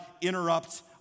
interrupt